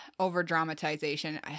Over-dramatization